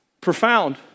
profound